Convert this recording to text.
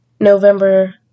November